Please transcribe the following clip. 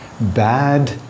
bad